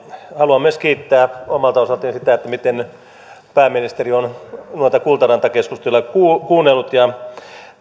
haluan myös kiittää omalta osaltani miten pääministeri on noita kultaranta keskusteluja kuunnellut